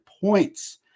points